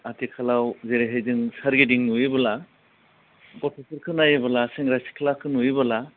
आथिखालाव जेरैहाय जों सोरगिदिं नुयोबोला गथ'फोरखौ नायोबोला सेंग्रा सिख्लाखौ नुयोबोला